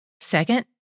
Second